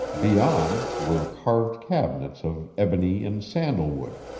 beyond, were carved cabinets of ebony and sandal-wood,